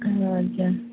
ହଉ ଆଜ୍ଞା